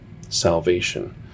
salvation